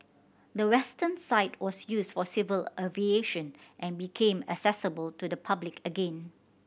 the western side was used for civil aviation and became accessible to the public again